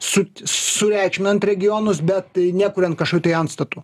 su sureikšminant regionus bet nekuriant kašo tai antstatų